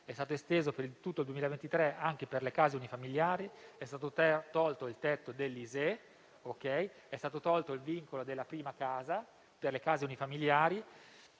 È stato esteso, per tutto il 2023, anche alle case unifamiliari, è stato tolto il tetto dell'ISEE, è stato tolto il vincolo della prima casa per le case unifamiliari,